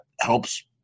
helps